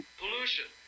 pollution